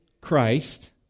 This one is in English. Christ